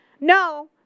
no